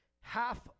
Half